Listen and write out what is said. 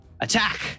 attack